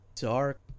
dark